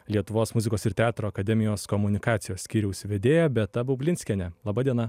lietuvos muzikos ir teatro akademijos komunikacijos skyriaus vedėja beata baublinskienė laba diena